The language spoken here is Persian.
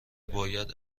باید